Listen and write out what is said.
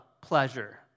pleasure